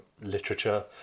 literature